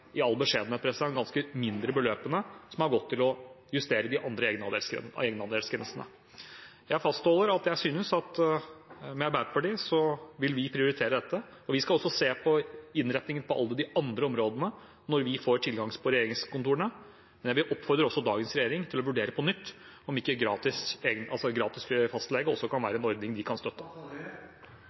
i all beskjedenhet – ganske små beløpene som har gått til å justere de andre egenandelsgrensene. Jeg fastholder at Arbeiderpartiet vil prioritere dette. Vi skal også se på innretningene på alle de andre områdene når vi får tilgang til regjeringskontorene, men jeg vil oppfordre også dagens regjering til å vurdere på nytt om ikke gratis fastlege kan være en ordning som de kan støtte.